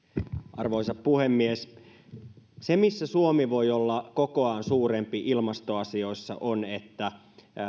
arvoisa puhemies se missä suomi voi olla kokoaan suurempi ilmastoasioissa on että